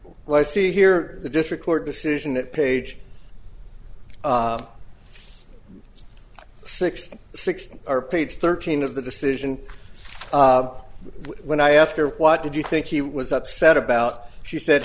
well i see here the district court decision at page sixty six or page thirteen of the decision when i ask her what did you think he was upset about she said